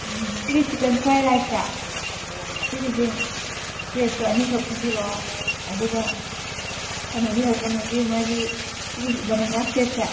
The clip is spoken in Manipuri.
ꯎꯝ ꯁꯤꯒꯤ ꯆꯤꯀꯟ ꯐ꯭ꯔꯥꯏ ꯔꯥꯏ꯭ꯁꯁꯦ ꯁꯤꯒꯤꯁꯦ ꯄ꯭ꯂꯦꯠꯇꯨ ꯑꯅꯤꯈꯛ ꯄꯤꯕꯤꯔꯛꯑꯣ ꯑꯗꯨꯒ ꯀꯩꯅꯣꯒꯤ ꯃꯥꯒꯤ ꯁꯤꯒꯤ ꯕꯅꯥꯅꯥ ꯁꯦꯛꯁꯦ